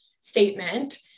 statement